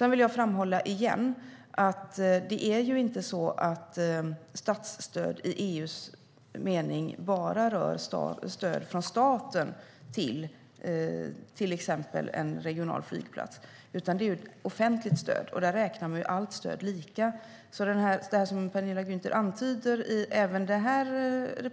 Jag vill återigen framhålla att det inte är så att statsstöd i EU:s mening bara rör stöd från staten till exempel till en regional flygplats, utan det är offentligt stöd, och där räknar vi allt stöd lika. Det som Penilla Gunther antyder i även sitt